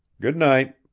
good night.